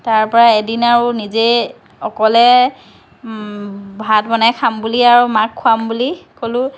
তাৰপৰা এদিন আৰু নিজে অকলে ভাত বনাই খাম বুলি আৰু মাক খোৱাম বুলি কলোঁ